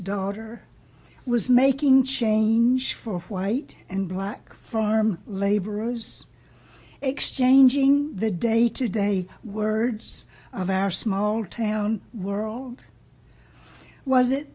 daughter was making change for white and black farm laborers exchanging the day to day words of our small town world was it